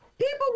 People